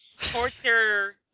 torture